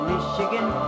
Michigan